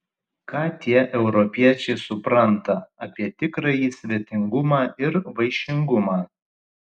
ką tie europiečiai supranta apie tikrąjį svetingumą ir vaišingumą